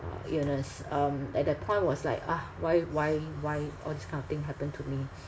uh illness um at that point was like !huh! why why why all this kind of thing happen to me